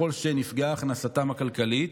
ככל שנפגעה הכנסתן הכלכלית,